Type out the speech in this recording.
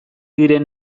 diren